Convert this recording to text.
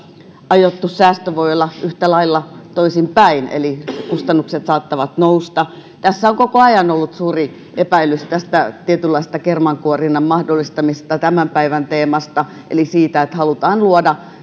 aiottu säästö voi olla yhtä lailla toisin päin eli kustannukset saattavat nousta tässä on koko ajan ollut suuri epäilys tietynlaisesta kerman kuorinnan mahdollistamisesta ja tämän päivän teemasta eli siitä että halutaan luoda